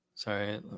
Sorry